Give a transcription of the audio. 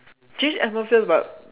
change atmosphere but